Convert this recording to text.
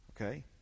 okay